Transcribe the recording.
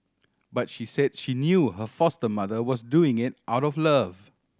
but she said she knew her foster mother was doing it out of love